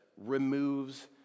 removes